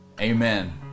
Amen